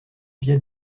via